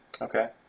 Okay